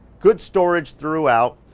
good storage throughout.